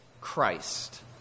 Christ